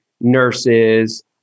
nurses